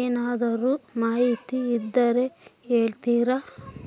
ಏನಾದರೂ ಮಾಹಿತಿ ಇದ್ದರೆ ಹೇಳ್ತೇರಾ?